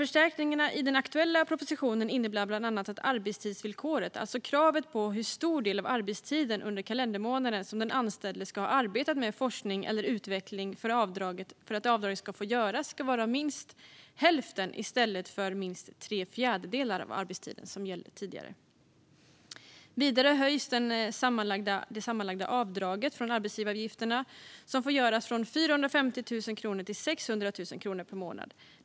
Förstärkningarna i den aktuella propositionen innebär bland annat att arbetstidsvillkoret, alltså kravet på hur stor del av arbetstiden under kalendermånaden som den anställde ska ha arbetat med forskning eller utveckling för att avdrag ska få göras, ska vara minst hälften i stället för minst tre fjärdedelar av arbetstiden, som tidigare gällde. Vidare höjs det sammanlagda avdrag från arbetsgivaravgifterna som får göras från 450 000 kronor till 600 000 kronor per månad.